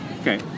Okay